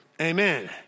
Amen